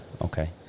Okay